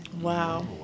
Wow